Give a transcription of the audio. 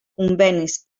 convenis